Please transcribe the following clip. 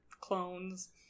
clones